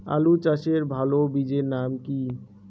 আলু চাষের ভালো বীজের নাম কি?